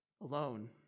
alone